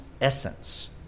essence